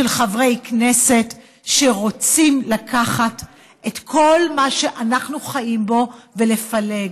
של חברי כנסת שרוצים לקחת את כל מה שאנחנו חיים בו ולפלג,